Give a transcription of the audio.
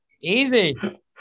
Easy